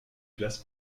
classe